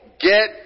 Get